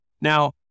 Now